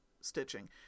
stitching